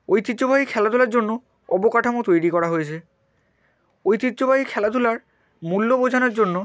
ঐতিহ্যবাহী খেলাধুলার জন্য অবকাঠামো তৈরি করা হয়েছে ঐতিহ্যবাহী খেলাধুলার মূল্য বোঝানোর জন্য